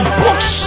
books